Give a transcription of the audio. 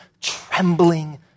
trembling